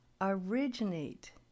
originate